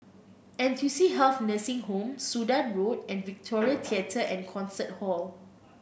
N two C Health Nursing Home Sudan Road and Victoria Theatre and Concert Hall